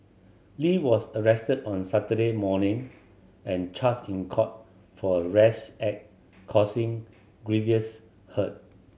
Lee was arrested on Saturday morning and charged in court for a rash act causing grievous hurt